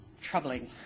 troubling